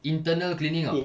internal cleaning [tau]